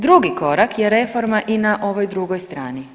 Drugi korak je i reforma i na ovoj drugoj strani.